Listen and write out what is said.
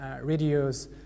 radios